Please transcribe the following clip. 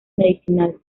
medicinal